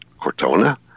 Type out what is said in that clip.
Cortona